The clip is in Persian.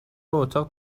اتاق